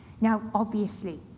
now, obviously,